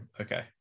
Okay